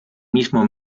mismo